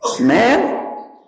man